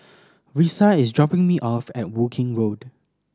Risa is dropping me off at Woking Road